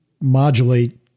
modulate